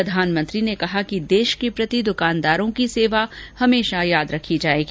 प्रधानमंत्री ने कहा कि देश के प्रति दुकानदारों की सेवा हमेशा याद रखी जाएगी